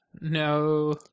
No